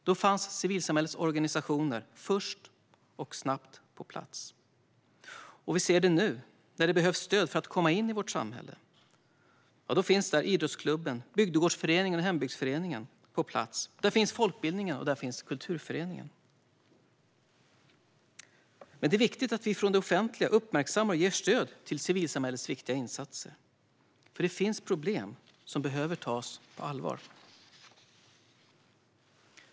Då fanns civilsamhällets organisationer först och snabbt på plats. Vi kan se det också nu när det behövs stöd för att komma in i vårt samhälle. Då finns idrottsklubben, bygdegårdsföreningen och hembygdsföreningen på plats. Då finns folkbildningen och kulturföreningen. Men det är viktigt att vi från det offentligas sida uppmärksammar och ger stöd till civilsamhällets viktiga insatser, för det finns problem som behöver tas på allvar.